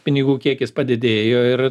pinigų kiekis padidėjo ir